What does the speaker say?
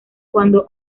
cuando